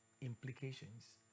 implications